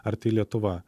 ar tai lietuva